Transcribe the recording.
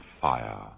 fire